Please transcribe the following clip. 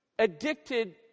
addicted